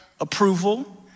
approval